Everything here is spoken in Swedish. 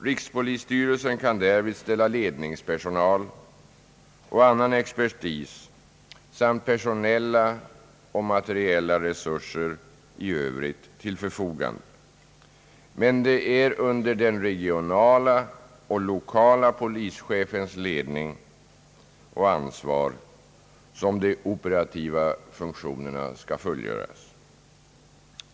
Rikspolisstyrelsen kan därvid ställa ledningspersonal och annan expertis samt personella och materiella resurser i Övrigt till förfogande, men det är under den regionala och lokala polischefens ledning och ansvar som de operativa funktionerna skall fullgöras.